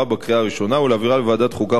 בקריאה הראשונה ולהעבירה לוועדת החוקה,